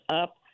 up